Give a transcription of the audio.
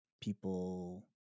people